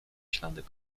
ślady